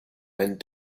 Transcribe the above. and